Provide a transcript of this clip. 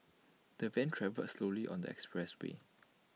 the van travelled slowly on the expressway